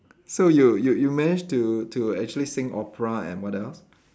so you you you manage to to actually sing opera and what else